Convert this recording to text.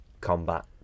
combat